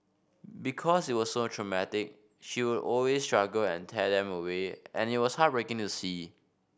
because it was so traumatic she would always struggle and tear them away and it was heartbreaking to see